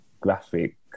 graphic